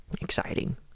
exciting